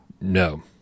No